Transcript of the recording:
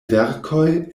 verkoj